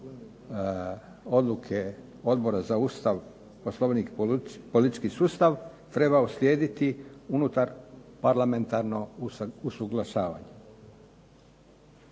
odluke Odbora za Ustav, Poslovnik i politički sustav, trema uslijediti unutar parlamentarno usuglašavanje.